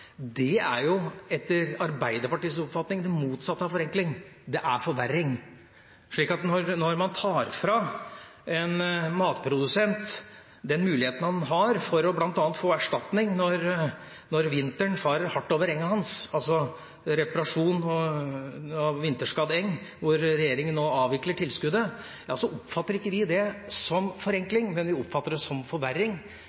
er jo etter Arbeiderpartiets oppfatning det motsatte av forenkling – det er forverring. Så når man tar fra en matprodusent den muligheten han har til bl.a. å få erstatning når vinteren farer hardt over enga hans – altså reparasjon av vinterskadd eng, der regjeringen nå avvikler tilskuddet – oppfatter ikke vi det som forenkling. Vi oppfatter det som forverring